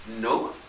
no